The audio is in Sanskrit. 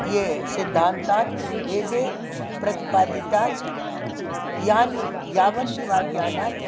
ये सिद्धान्तान् वेदे प्रतिपादितानि यानि यावन्ति वा ज्ञानानि